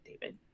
David